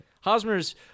Hosmer's